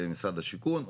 למשרד השיכון.